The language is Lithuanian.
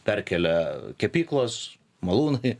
perkelia kepyklos malūnai